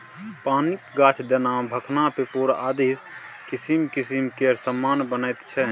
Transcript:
पानिक गाछ जेना भखना पिपुर आदिसँ किसिम किसिम केर समान बनैत छै